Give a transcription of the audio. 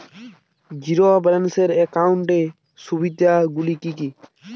Zero balance একাউন্টের সুবিধা গুলি কি কি?